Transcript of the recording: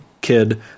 kid